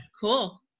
Cool